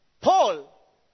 Paul